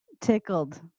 tickled